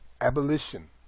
Abolition